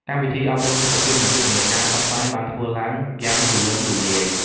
កម្មវិធីអប់រំសុខភាព និងយុទ្ធនាការផ្សព្វផ្សាយបានធ្វើឡើងយ៉ាងទូលំទូលាយ។